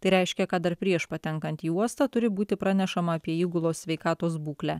tai reiškia kad dar prieš patenkant į uostą turi būti pranešama apie įgulos sveikatos būklę